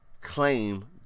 claim